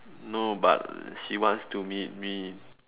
no but she wants to meet me